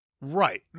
Right